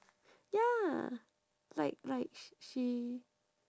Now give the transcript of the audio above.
ya like like sh~ she